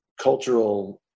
cultural